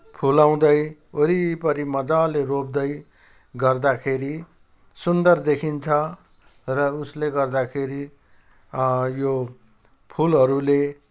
फुलाउँदै वरिपरि मजाले रोप्दै गर्दाखेरि सुन्दर देखिन्छ र उसले गर्दाखेरि यो फुलहरूले